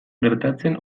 gertatzen